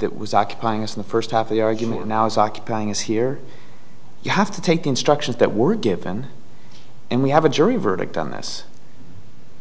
that was occupying us in the first half of the argument now is occupying us here you have to take instructions that were given and we have a jury verdict on this